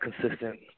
consistent